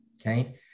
Okay